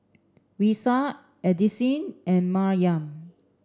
Risa Addisyn and Maryam